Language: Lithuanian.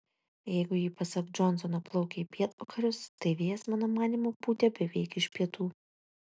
jeigu ji pasak džonsono plaukė į pietvakarius tai vėjas mano manymu pūtė beveik iš pietų